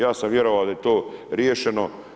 Ja sam vjerovao da je to riješeno.